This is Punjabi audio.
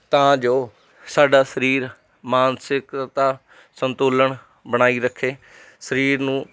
ਤਾਂ ਜੋ ਸਾਡਾ ਸਰੀਰ ਮਾਨਸਿਕਤਾ ਸੰਤੁਲਨ ਬਣਾਈ ਰੱਖੇ ਸਰੀਰ ਨੂੰ